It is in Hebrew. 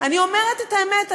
אני אומרת את האמת,